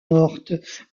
mortes